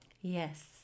Yes